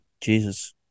Jesus